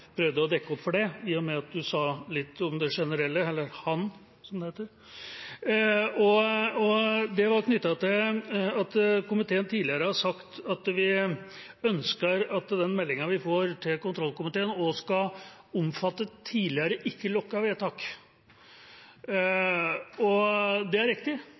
prøvde å dekke opp for det, i og med at han sa litt om det generelle, knyttet til at komiteen tidligere har sagt at vi ønsker at den meldinga vi får til kontrollkomiteen, også skal omfatte tidligere ikke lukkede vedtak. Det er riktig,